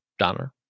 Donner